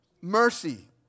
mercy